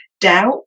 doubt